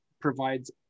provides